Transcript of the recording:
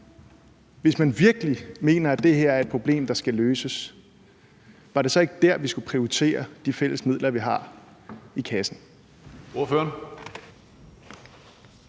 Hvis man virkelig mener, at det her er et problem, der skal løses, var det så ikke der, vi skulle prioritere de fælles midler, vi har i kassen?